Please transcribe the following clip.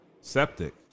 septic